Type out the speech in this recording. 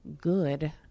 good